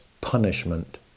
punishment